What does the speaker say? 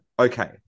okay